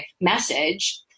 message